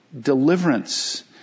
deliverance